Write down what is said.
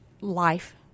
life